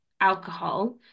alcohol